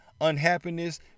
unhappiness